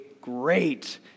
great